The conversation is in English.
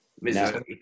Missouri